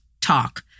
talk